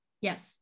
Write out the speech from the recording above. Yes